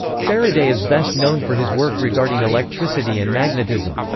faraday is best known for his work regarding electricity and magnetism.